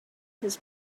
his